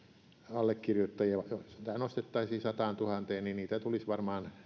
allekirjoittajia vaikka sitä nostettaisiin sataantuhanteen niin niitä tulisi varmaan